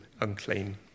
unclean